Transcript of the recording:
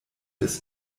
des